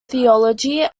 theology